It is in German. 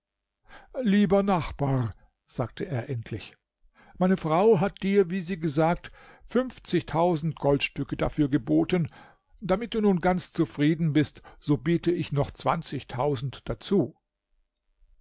lieber nachbar sagte er endlich meine frau hat dir wie sie gesagt fünfzigtausend goldstücke dafür geboten damit du nun ganz zufrieden bist so biete ich noch zwanzigtausend dazu